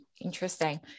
Interesting